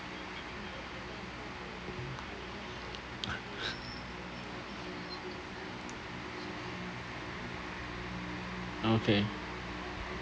okay